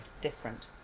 different